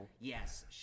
Yes